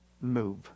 move